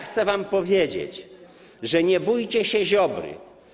Chcę wam powiedzieć: nie bójcie się Ziobry.